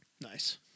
Nice